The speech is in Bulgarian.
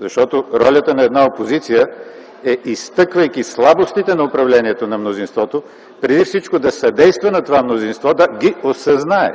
Защото ролята на една опозиция, е, изтъквайки слабостите на управлението на мнозинството, преди всичко да съдейства на това мнозинство да ги осъзнае.